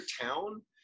town